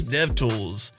DevTools